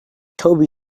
toby